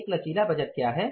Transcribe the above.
एक लचीला बजट क्या है